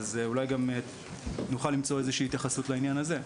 אז אולי נוכל למצוא איזושהי התייחסות לעניין הזה.